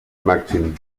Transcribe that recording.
màxim